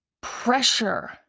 pressure